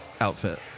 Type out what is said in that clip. outfit